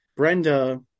Brenda